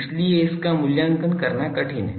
इसलिए इसका मूल्यांकन करना कठिन है